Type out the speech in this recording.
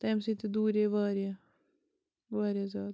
تَمہِ سۭتۍ تہِ دوٗریے واریاہ واریاہ زیادٕ